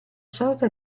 sorta